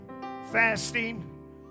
fasting